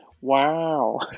Wow